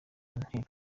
nteko